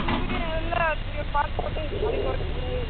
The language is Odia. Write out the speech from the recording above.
କିଣବି ହେଲେ ସେ ପାଞ୍ଚ ଛଅ ଦିନି ଛାଡ଼ିକରି କିଣବି